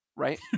Right